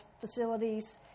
facilities